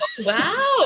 Wow